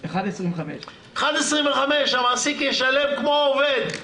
1.25, המעסיק ישלם כמו העובד,